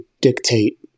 dictate